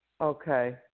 Okay